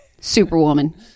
Superwoman